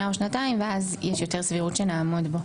או שנתיים ואז יש יותר סבירות שנעמוד בו.